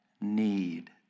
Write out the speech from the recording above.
need